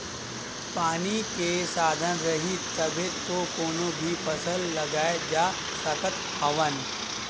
पानी के साधन रइही तभे तो कोनो भी फसल लगाए जा सकत हवन